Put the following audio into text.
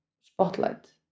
spotlight